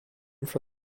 for